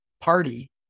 party